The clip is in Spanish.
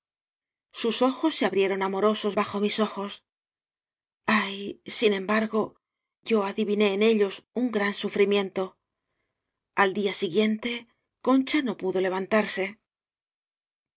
sus ojos se abrie ron amorosos bajo mis ojos ay sin embar go yo adiviné en ellos un gran sufrimiento al día siguiente concha no pudo